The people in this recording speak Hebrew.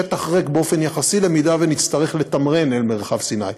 שטח ריק באופן יחסי אם נצטרך לתמרן אל מרחב סיני.